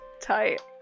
Tight